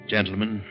Gentlemen